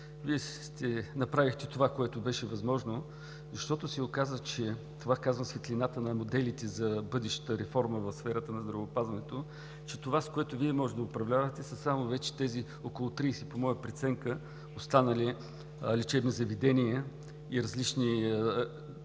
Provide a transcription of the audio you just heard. Вие направихте това, което беше възможно, защото се оказа – казвам го в светлината на моделите за бъдещата реформа в сферата на здравеопазването, че това, с което Вие можете да управлявате, са само тези около 30, по моя преценка, останали лечебни заведения от различни